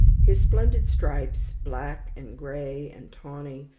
his splendid stripes, black and grey and tawny,